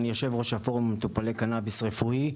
אני יושב ראש הפורום למטופלי קנביס רפואי.